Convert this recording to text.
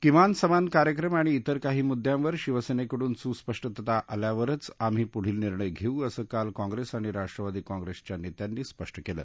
किमान समान कार्यक्रम आणि त्विर काही मुद्यांवर शिवसेनेकडून सुस्पष्टता आल्यावरच आम्ही पुढील निर्णय घेऊ असं काल काँग्रेस आणि राष्ट्रवादी काँग्रेसच्या नेत्यांनी स्पष्ट केलं